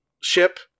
ship